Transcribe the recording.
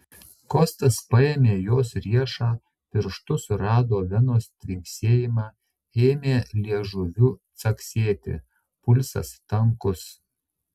kostas paėmė jos riešą pirštu surado venos tvinksėjimą ėmė liežuviu caksėti pulsas tankus